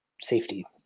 safety